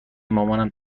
مامانم